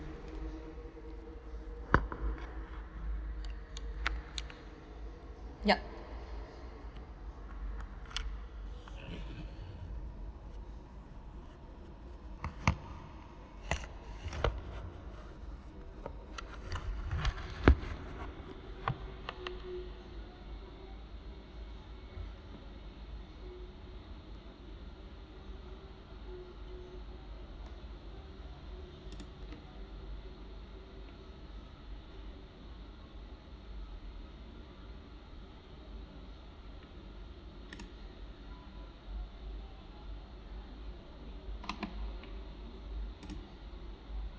yup